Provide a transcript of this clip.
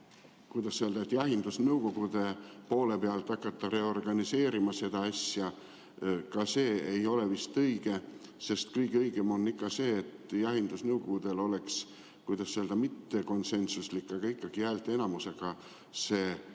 kuidas öelda, jahindusnõukogude poole pealt hakata reorganiseerima seda asja, siis ka see ei ole vist õige. Kõige õigem on ikka see, et jahindusnõukogudel oleks, ütleme, mittekonsensuslik, aga ikkagi häälteenamusega võimalus